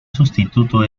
sustituto